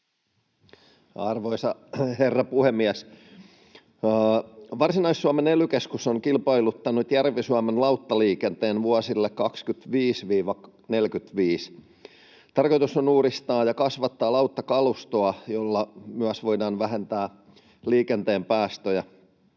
Arvoisa herra puhemies! Varsinais-Suomen ely-keskus on kilpailuttanut Järvi-Suomen lauttaliikenteen vuosille 25–45. Tarkoitus on uudistaa ja kasvattaa lauttakalustoa, jolla myös voidaan vähentää liikenteen päästöjä.